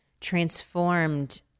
transformed